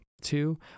two